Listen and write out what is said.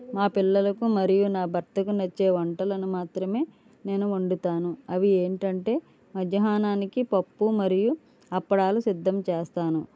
మా పిల్లలకు మరియు నా భర్తకు నచ్చే వంటలను మాత్రమే నేను వండుతాను అవి ఏమిటంటే మధ్యాహ్నానానికి పప్పు మరియు అప్పడాలు సిద్దం చేస్తాను